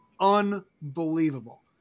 unbelievable